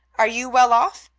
are you well off?